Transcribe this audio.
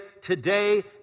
today